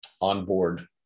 onboard